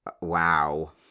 wow